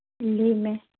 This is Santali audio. ᱞᱟᱹᱭ ᱢᱮ